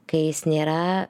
kai jis nėra